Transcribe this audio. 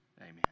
Amen